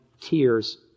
tears